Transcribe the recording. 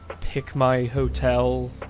pick-my-hotel